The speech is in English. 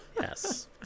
yes